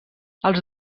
els